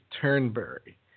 Turnberry